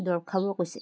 দৰৱ খাব কৈছে